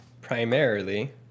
primarily